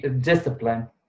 discipline